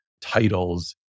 titles